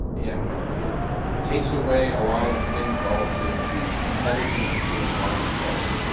it it takes away a lot of the things relative to competitiveness in the marketplace.